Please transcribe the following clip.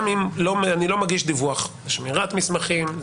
גם אם אני לא מגיש דיווח שמירת מסמכים,